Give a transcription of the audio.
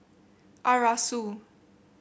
Arasu